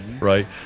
right